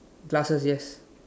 glasses yes